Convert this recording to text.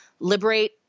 liberate